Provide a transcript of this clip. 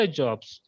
jobs